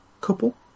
Couple